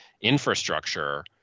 infrastructure